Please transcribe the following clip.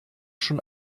schon